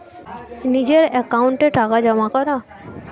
নিজের অ্যাকাউন্টে টাকা জমা করা যায়